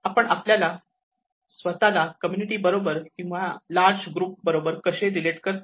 आपण आपल्याला स्वतःला कम्युनिटी बरोबर किंवा लार्ज ग्रुप बरोबर कसे रिलेट करतो